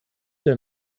der